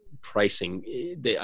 pricing